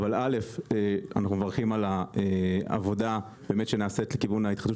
אבל אנחנו מברכים על העבודה שנעשית לכיוון ההתחדשות